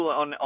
on